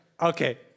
okay